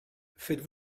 faites